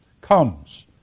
comes